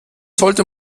sollte